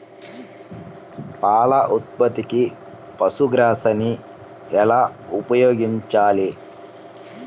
పాల ఉత్పత్తికి పశుగ్రాసాన్ని ఎలా ఉపయోగించాలి?